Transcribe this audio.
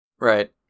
Right